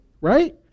Right